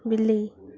ବିଲେଇ